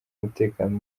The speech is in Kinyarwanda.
umutekano